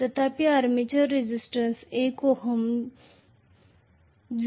तथापि armature resistance 1 ohm 0